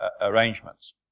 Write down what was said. arrangements